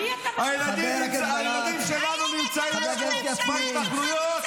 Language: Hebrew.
הילדים שלנו נמצאים איפה, בהתנחלויות?